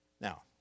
Now